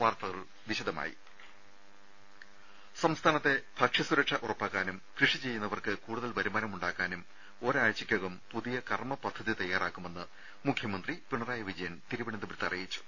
വാർത്തകൾ വിശദമായി സംസ്ഥാനത്തെ ഭക്ഷ്യസുരക്ഷ ഉറപ്പാക്കാനും കൃഷി ചെയ്യുന്നവർക്ക് കൂടുതൽ വരുമാനമുണ്ടാക്കാനും ഒരാഴ്ചക്കകം പുതിയ കർമ്മപദ്ധതി തയ്യാറാക്കുമെന്ന് മുഖ്യമന്ത്രി പിണറായി വിജയൻ തിരുവനന്തപുരത്ത് അറിയിച്ചു